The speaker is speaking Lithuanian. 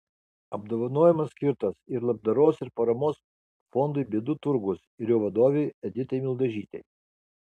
apdovanojimas skirtas ir labdaros ir paramos fondui bėdų turgus ir jo vadovei editai mildažytei